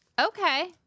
Okay